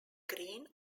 green